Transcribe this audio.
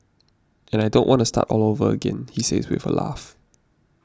and I don't want to start all over again he says with a laugh